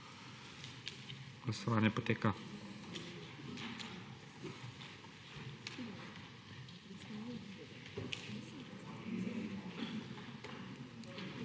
vala.